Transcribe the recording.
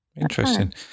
Interesting